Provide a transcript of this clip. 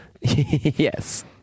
yes